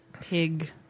pig